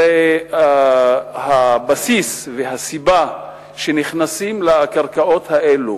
הרי הבסיס והסיבה שנכנסים לקרקעות האלה